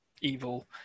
evil